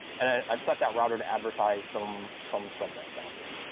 and ah i've set that router to advertise some some subnets down here.